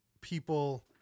people